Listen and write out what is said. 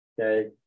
okay